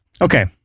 okay